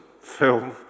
film